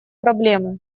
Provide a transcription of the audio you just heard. проблемы